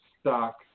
stock